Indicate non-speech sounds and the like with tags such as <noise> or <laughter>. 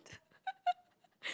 <laughs>